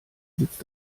sitzt